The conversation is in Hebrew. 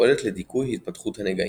ופועלת לדיכוי התפתחות הנגעים.